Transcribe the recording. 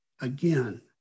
again